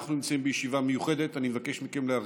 אנחנו נמצאים בישיבה מיוחדת, אני מבקש מכם להרגיע.